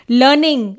learning